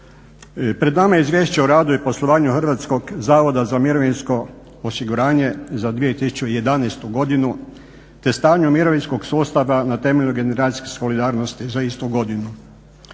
Pred nama je Izvješće o radu i poslovanju Hrvatskog zavoda za mirovinsko osiguranje za 2011. godinu te stanje mirovinskog sustava na temelju generacijske solidarnosti za istu godinu.